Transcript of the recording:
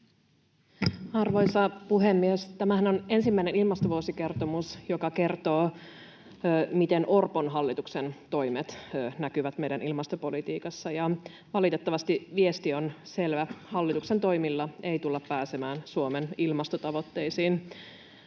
Arvoisa puhemies! Tämähän on ensimmäinen ilmastovuosikertomus, joka kertoo, miten Orpon hallituksen toimet näkyvät meidän ilmastopolitiikassa. Valitettavasti viesti on selvä: hallituksen toimilla ei tulla pääsemään Suomen ilmastotavoitteisiin.